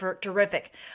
terrific